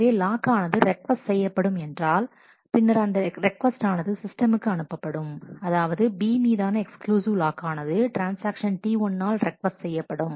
எனவே லாக் ஆனது ரெக்கோஸ்ட் செய்யப்படும் என்றால் பின்னர் அந்த ரெக்கோஸ்ட் ஆனது சிஸ்டம்க்கு அனுப்பப்படும் அதாவது B மீதான எக்ஸ்க்ளூசிவ் லாக் ஆனது ட்ரான்ஸ்ஆக்ஷன் T1 ஆல் ரெக்கோஸ்ட் செய்யப்படும்